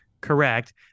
correct